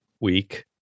week